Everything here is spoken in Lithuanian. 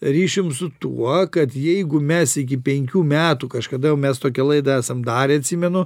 ryšium su tuo kad jeigu mes iki penkių metų kažkada jau mes tokią laidą esam darę atsimenu